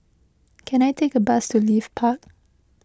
can I take a bus to Leith Park